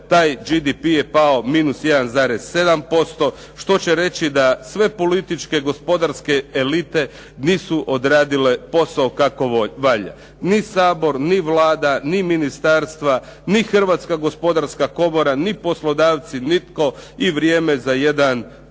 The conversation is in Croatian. taj GDP je pao minus 1,7%, što će reći da sve političke gospodarske elite nisu odradile posao kako valja. Ni Sabor, ni Vlada, ni ministarstva, ni Hrvatska gospodarska komora, ni poslodavci, nitko. I vrijeme je za jedan potpuni,